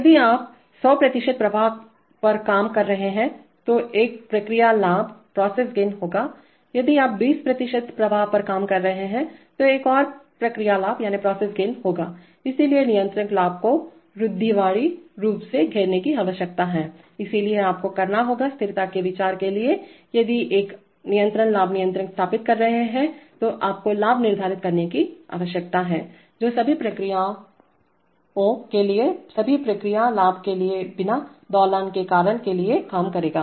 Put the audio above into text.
यदि आप सौ प्रतिशत प्रवाह पर काम कर रहे हैं तो एक प्रक्रिया लाभ प्रोसेस गेनहोगायदि आप बीस प्रतिशत प्रवाह पर काम कर रहे हैं तो एक और प्रक्रिया लाभप्रोसेस गेनहोगा इसलिए नियंत्रक लाभ को रूढ़िवादी रूप से घेरने की आवश्यकता है इसलिए आपको करना होगा स्थिरता के विचार के लिए यदि आप एक निरंतर लाभ नियंत्रक स्थापित कर रहे हैं तो आपको लाभ निर्धारित करने की आवश्यकता हैजो सभी प्रक्रियाओं के लिए सभी प्रक्रिया लाभ के बिना दोलन के कारण के लिए काम करेगा